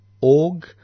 org